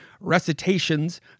recitations